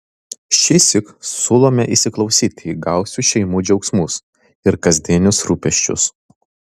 šįsyk siūlome įsiklausyti į gausių šeimų džiaugsmus ir kasdienius rūpesčius